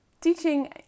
teaching